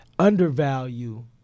undervalue